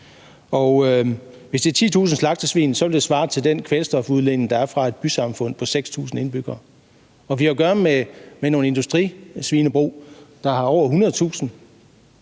Hvis det er 10.000 slagtesvin, vil det svare til den kvælstofudledning, der er fra et bysamfund på 6.000 indbyggere. Og vi har jo at gøre med nogle industrisvinebrug, der har over 100.000